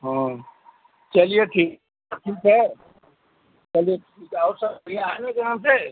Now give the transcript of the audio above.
हाँ चलिए ठीक सब ठीक है चलिए ठीक है और सब बढ़िया है ना जहाँ से